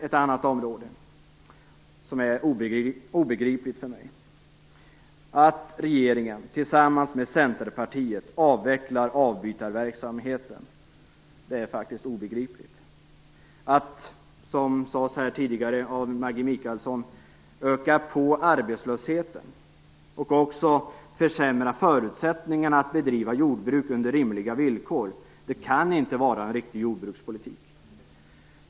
Att regeringen tillsammans med Centerpartiet avvecklar avbytarverksamheten är för mig helt obegripligt. Som sades tidigare av Maggi Mikaelsson är det att öka arbetslösheten och försämra förutsättningarna att bedriva jordbruk under rimliga villkor. Det kan inte vara en riktig jordbrukspolitik.